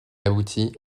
aboutit